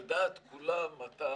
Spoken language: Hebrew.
דעת כולם אתה,